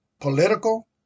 Political